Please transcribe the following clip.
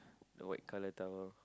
the white colour towel